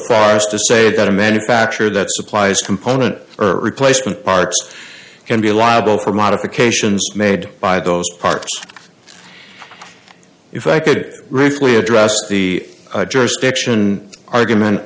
far as to say that a manufacturer that supplies component or replacement parts can be liable for modifications made by those parts if i could ruefully address the jurisdiction argument